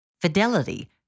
Fidelity